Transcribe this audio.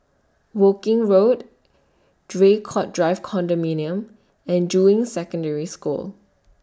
Woking Road Draycott Drive Condominium and Juying Secondary School